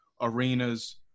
arenas